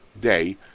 day